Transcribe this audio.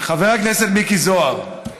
חבר הכנסת מיקי זוהר כן?